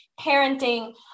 parenting